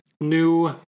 new